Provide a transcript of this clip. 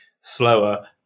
slower